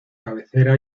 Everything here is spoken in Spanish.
cabecera